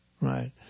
Right